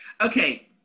okay